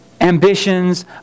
ambitions